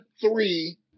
three